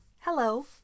Hello